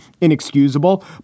inexcusable